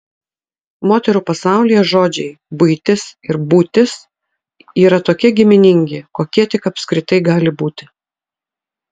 moterų pasaulyje žodžiai buitis ir būtis yra tokie giminingi kokie tik apskritai gali būti